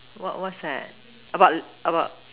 what what's that about about